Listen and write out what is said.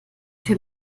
für